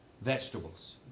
vegetables